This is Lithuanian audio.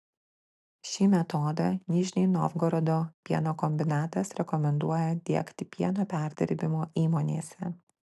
šį metodą nižnij novgorodo pieno kombinatas rekomenduoja diegti pieno perdirbimo įmonėse